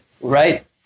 Right